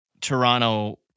Toronto